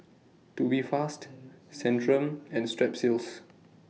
Tubifast Centrum and Strepsils